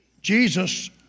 Jesus